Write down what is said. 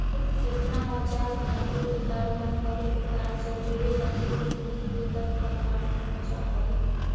केतना बार जाल धातुओं का बने होवे के कारण जलीय जन्तुओं की मृत्यु तक का कारण बन जा हई